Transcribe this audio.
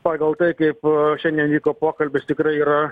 pagal tai kaip šiandien vyko pokalbis tikrai yra